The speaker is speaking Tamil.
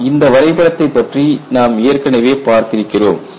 நாம் இந்த வரைபடத்தை பற்றி ஏற்கனவே பார்த்திருக்கிறோம்